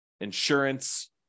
insurance